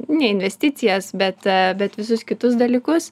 ne investicijas bet bet visus kitus dalykus